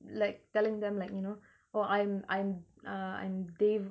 like telling them like you know oh I'm I'm uh I'm de~